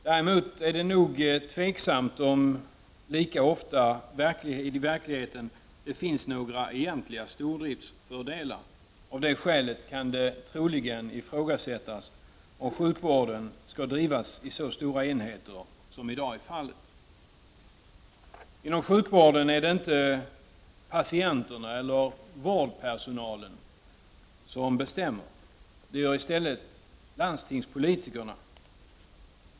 Däremot är det nog tveksamt om det lika ofta verkligen finns några 133 egentliga stordriftsfördelar. Av det skälet kan det troligen ifrågasättas om sjukvården skall drivas i så stora enheter som i dag är fallet. Inom sjukvården är det inte patienterna eller vårdpersonalen som bestämmer. Det gör i stället landstingspolitikerna.